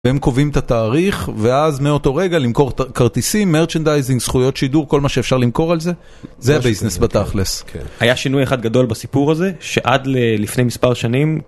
והם קובעים את התאריך, ואז מאותו רגע למכור ת.. כרטיסים, מרצ'נדייזינג, זכויות שידור, כל מה שאפשר למכור על זה, זה הביזנס בתכלס. כן. היה שינוי אחד גדול בסיפור הזה, שעד ל.. לפני מספר שנים...